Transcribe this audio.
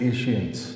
Asians